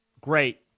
great